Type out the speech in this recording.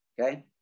okay